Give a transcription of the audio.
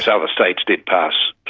other states did pass,